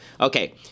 Okay